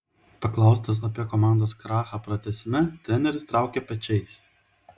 paklaustas apie komandos krachą pratęsime treneris traukė pečiais